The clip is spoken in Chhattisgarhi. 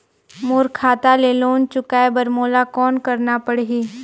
मोर खाता ले लोन चुकाय बर मोला कौन करना पड़ही?